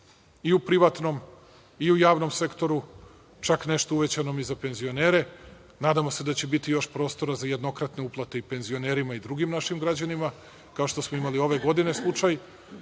i u privatnom i u javnom sektoru, čak nešto uvećanom i za penzionere, a nadamo se da će biti još prostora za jednokratne uplate i penzionerima i drugim našim građanima, kao što smo imali ove godine slučaj.